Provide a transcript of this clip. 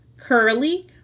curly